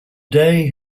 day